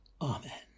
Amen